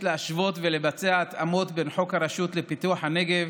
להשוות ולבצע התאמות בין חוק הרשות לפיתוח הנגב